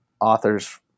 authors